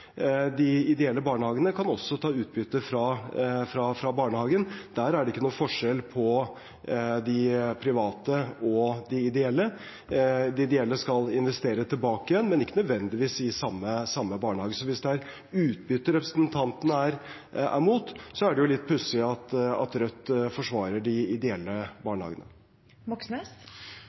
De ideelle barnehagene kan også ta utbytte fra barnehagen. Der er det ikke noen forskjell på de private og de ideelle. De ideelle skal investere tilbake, men ikke nødvendigvis i samme barnehage. Så hvis det er utbytte representanten er imot, er det litt pussig at Rødt forsvarer de ideelle